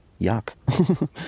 yuck